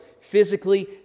physically